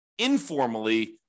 informally